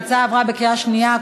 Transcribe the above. ההצבעה עברה בקריאה שנייה,